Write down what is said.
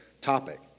topic